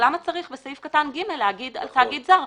למה צריך בסעיף קטן (ג) להגיד על תאגיד זר?